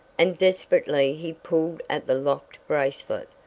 and desperately he pulled at the locked bracelet.